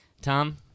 Tom